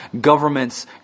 governments